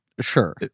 Sure